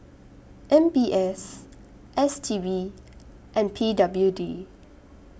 M B S S T B and P W D